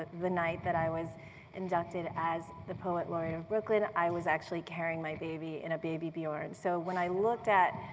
the night that i was inducted as the poet laureate of brooklyn i was actually carrying my baby in a baby bjorn. so when i looked at,